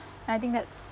and I think that's